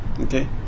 okay